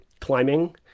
climbing